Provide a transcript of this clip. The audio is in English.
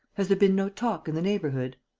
has there been no talk in the neighbourhood?